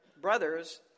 brothers